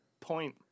point